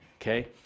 Okay